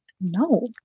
no